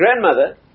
grandmother